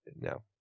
No